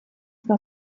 что